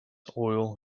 oil